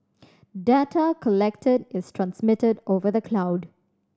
data collected is transmitted over the cloud